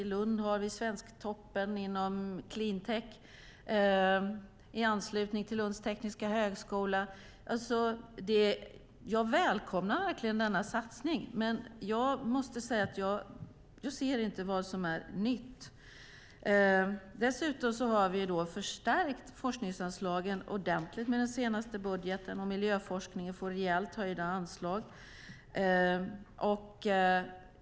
I Lund har vi svensktoppen inom clean tech i anslutning till Lunds tekniska högskola. Jag välkomnar verkligen Socialdemokraternas satsning, men jag måste säga att jag inte ser vad som är nytt. Dessutom har vi förstärkt forskningsanslagen ordentligt i den senaste budgeten, och miljöforskningen får rejält höjda anslag.